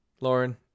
Lauren